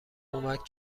اومد